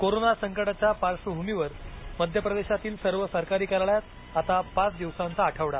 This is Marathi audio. कोरोना संकटाच्या पार्श्वभूमीवर मध्य प्रदेशातील सर्व सरकारी कार्यालयात आता पाच दिवसांचा आठवडा